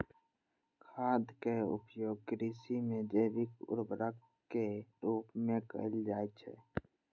खादक उपयोग कृषि मे जैविक उर्वरक के रूप मे कैल जाइ छै